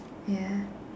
ya